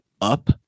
up